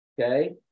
okay